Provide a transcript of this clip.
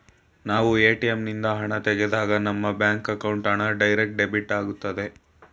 ನಾವು ಎ.ಟಿ.ಎಂ ನಿಂದ ಹಣ ತೆಗೆದಾಗ ನಮ್ಮ ಬ್ಯಾಂಕ್ ಅಕೌಂಟ್ ಹಣ ಡೈರೆಕ್ಟ್ ಡೆಬಿಟ್ ಆಗುತ್ತದೆ